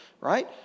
right